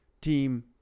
team